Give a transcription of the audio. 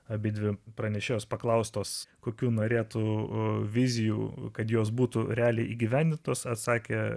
abidvi pranešėjos paklaustos kokių norėtų vizijų kad jos būtų realiai įgyvendintos atsakė